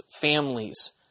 families